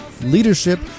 leadership